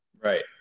Right